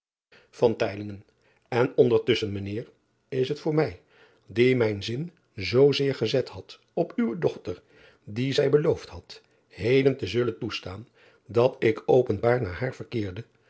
n ondertusschen mijn eer is het voor mij die mijn zin zoo zeer gezet had op uwe dochter dien zij beloofd had heden te zullen driaan oosjes zn et leven van aurits ijnslager toestaan dat ik openbaar naar haar verkeerde